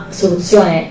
soluzione